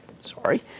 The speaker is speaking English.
Sorry